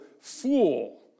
fool